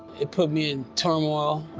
it put me in turmoil.